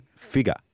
Figure